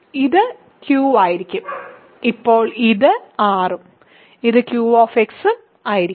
ഇത് q ആയിരിക്കും ഇപ്പോൾ ഇത് r ഉം ഇത് q ഉം ആയിരിക്കും